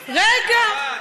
נכון,